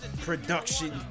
Production